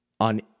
On